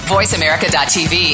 VoiceAmerica.tv